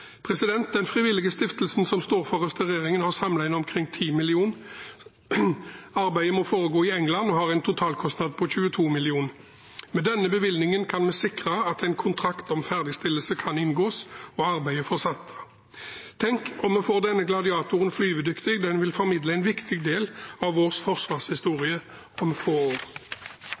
Den frivillige stiftelsen som står for restaureringen, har samlet inn omkring 10 mill. kr. Arbeidet må foregå i England og har en totalkostnad på 22 mill. kr. Med denne bevilgningen kan vi sikre at en kontrakt om ferdigstillelse kan inngås og arbeidet fortsette. Tenk om vi får denne Gladiatoren flyvedyktig! Den vil formidle en viktig del av vår forsvarshistorie om få år.